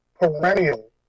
perennial